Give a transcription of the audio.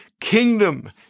Kingdom